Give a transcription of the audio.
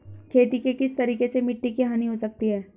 खेती के किस तरीके से मिट्टी की हानि हो सकती है?